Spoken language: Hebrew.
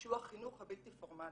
שהוא החינוך הבלתי פורמלי.